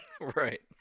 Right